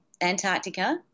Antarctica